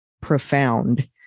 profound